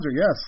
yes